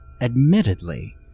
admittedly